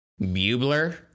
bubler